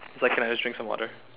is like I just drink some water